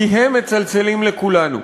כי הם מצלצלים לכולנו.